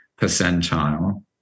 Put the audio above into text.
percentile